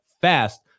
fast